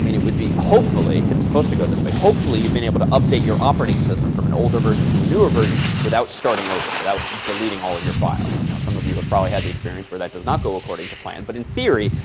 i mean it would be hopefully, it's supposed to go this way. hopefully, you've been able to update your operating system from an older version to a newer version without starting over, without deleting all of your files. now, some of you have probably had the experience where that does not go according to plan. but in theory,